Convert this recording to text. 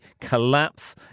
collapse